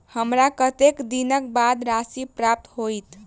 हमरा कत्तेक दिनक बाद राशि प्राप्त होइत?